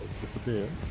disappears